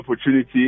opportunity